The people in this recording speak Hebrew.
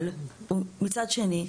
מצד שני,